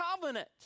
covenant